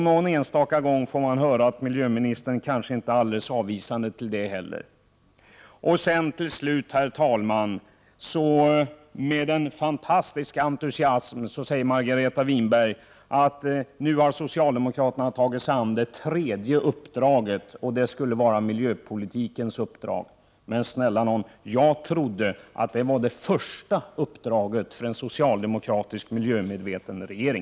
Någon enstaka gång får man höra att kanske inte heller miljöministern är helt avvisande. Till slut, herr talman! Med fantastiskt stor entusiasm säger Margareta Winberg att socialdemokraterna nu har tagit sig an det tredje uppdraget, vilket skulle gälla miljöpolitiken. Men snälla nån, jag trodde att det var det första uppdraget för en socialdemokratisk miljömedveten regering!